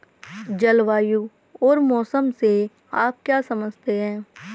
जलवायु और मौसम से आप क्या समझते हैं?